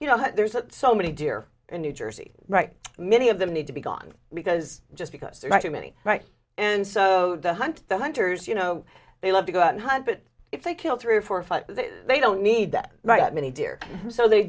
you know there's that so many deer in new jersey right many of them need to be gone because just because there are too many right and so hunt the hunters you know they love to go out and hunt but if they kill three or four or five they don't need that right many deer so they